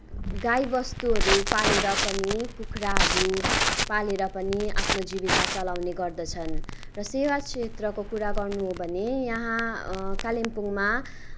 गाईबस्तुहरू पालेर पनि कुखुराहरू पालेर पनि आफ्नो जीविका चलाउने गर्दछन् र सेवा क्षेत्रको कुरा गर्नु हो भने यहाँ कलिम्पोङमा